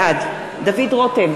בעד דוד רותם,